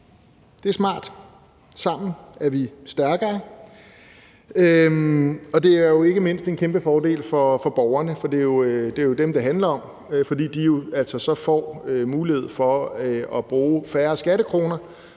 Det er smart – sammen er vi stærkere – og det er ikke mindst en kæmpe fordel for borgerne, for det er jo dem, det handler om; de får altså så mulighed for, at der bruges færre skattekroner,